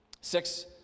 Six